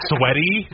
Sweaty